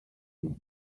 this